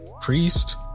priest